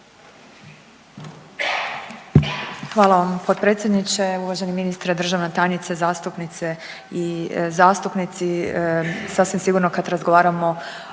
Hvala vam potpredsjedniče. Uvaženi ministre, državna tajnice, zastupnice i zastupnici, sasvim sigurno kad razgovaramo